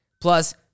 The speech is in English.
Plus